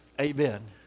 Amen